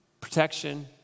Protection